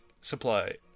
supply